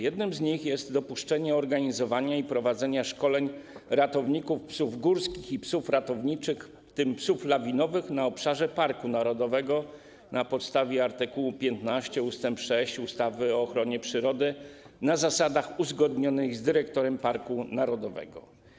Jednym z nich jest dopuszczenie organizowania i prowadzenia szkoleń ratowników psów górskich i psów ratowniczych, w tym psów lawinowych, na obszarze parku narodowego na podstawie art. 15 ust. 6 ustawy o ochronie przyrody na zasadach uzgodnionych z dyrektorem parku narodowego.